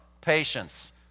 patience